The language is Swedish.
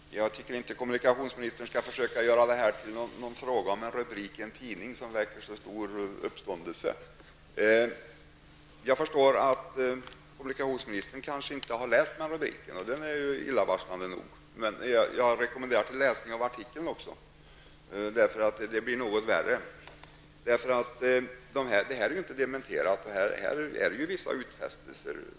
Herr talman! Jag tycker inte att kommunikationsministern skall försöka göra det här till en fråga om en tidningsrubrik som väcker stor uppståndelse. Jag förstår att kommunikationsministern kanske inte har läst rubriken, och det är illavarslande nog. Även artikeln rekommenderas för läsning. Det är något värre. Någon dementi har inte kommit, och det rör sig ändå om vissa utfästelser.